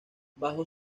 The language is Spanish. bajo